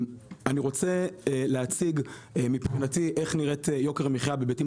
אני רוצה להציג מבחינתי איך נראית יוקר המחייה בהיבטים